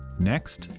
next,